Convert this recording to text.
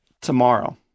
Tomorrow